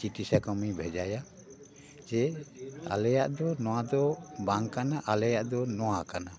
ᱪᱤᱴᱷᱤ ᱥᱟᱠᱟᱢᱤᱧ ᱵᱷᱮᱡᱟᱭᱟ ᱡᱮ ᱟᱞᱮᱭᱟᱜ ᱫᱚ ᱱᱚᱣᱟ ᱫᱚ ᱵᱟᱝ ᱠᱟᱱᱟ ᱟᱞᱮᱭᱟᱜ ᱫᱚ ᱱᱚᱣᱟ ᱠᱟᱱᱟ